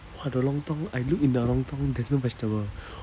!wah! the lontong I look in the lontong there's no vegetable